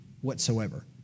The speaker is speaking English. whatsoever